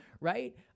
right